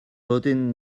rydyn